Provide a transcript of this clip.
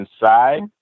inside